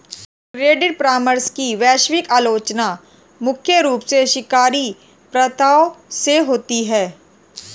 credit परामर्श की वैश्विक आलोचना मुख्य रूप से शिकारी प्रथाओं से होती है